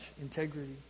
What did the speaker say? integrity